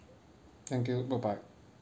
thank you bye bye